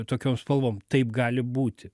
tokiom spalvom taip gali būti